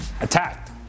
attacked